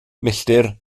milltir